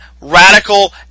radical